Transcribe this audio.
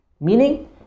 Meaning